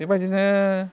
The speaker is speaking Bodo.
बेबायदिनो